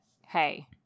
hey